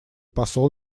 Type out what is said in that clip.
посол